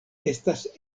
estas